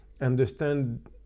understand